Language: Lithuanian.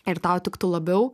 ir tau tiktų labiau